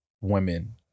women